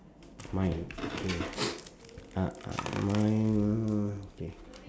mine K uh uh mine K